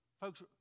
Folks